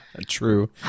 True